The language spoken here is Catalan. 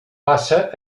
passa